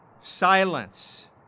silence